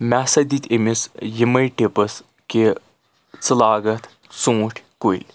مےٚ ہَسا دِتۍ أمِس یِمے ٹِپٕس کہِ ژٕ لاگَ اَتھ ژوٗنٛٹھۍ کُلۍ